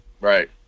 Right